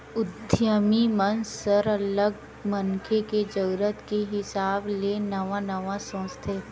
उद्यमी मन सरलग मनखे के जरूरत के हिसाब ले नवा नवा सोचथे